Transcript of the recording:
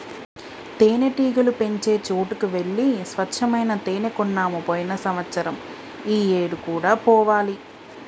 తేనెటీగలు పెంచే చోటికి వెళ్లి స్వచ్చమైన తేనే కొన్నాము పోయిన సంవత్సరం ఈ ఏడు కూడా పోవాలి